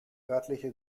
örtliche